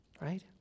Right